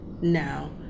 now